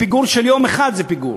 פיגור של יום אחד הוא פיגור,